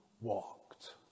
walked